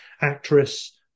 actress